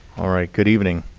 all right, good evening.